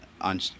on